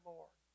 Lord